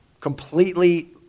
completely